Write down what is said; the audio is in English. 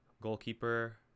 goalkeeper